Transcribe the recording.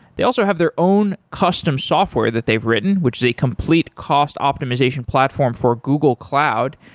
they also have their own custom software that they've written, which is a complete cost optimization platform for google cloud,